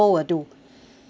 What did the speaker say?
ah